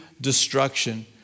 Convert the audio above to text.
destruction